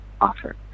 offer